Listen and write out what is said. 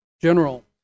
general